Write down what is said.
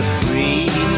free